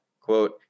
quote